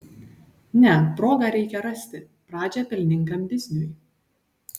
ne progą reikia rasti pradžią pelningam bizniui